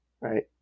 right